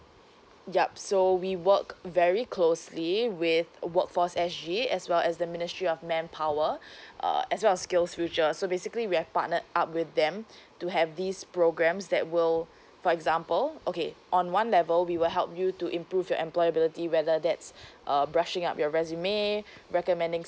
yup so we work very closely with workforce S_G as well as the ministry of manpower uh as well as skills future so basically we have partnered up with them to have these programs that will for example okay on one level we will help you to improve your employability whether that's uh brushing up your resume recommending